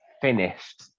finished